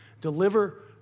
deliver